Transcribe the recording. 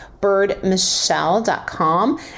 birdmichelle.com